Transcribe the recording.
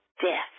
death